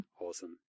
Awesome